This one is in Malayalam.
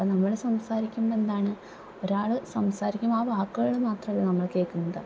അപ്പോൾ നമ്മള് സംസാരിക്കുന്നതെന്താണ് ഒരാള് സംസാരിക്കുമ്പോള് ആ വാക്കുകള് മാത്രല്ല നമ്മള് കേള്ക്കുന്നത്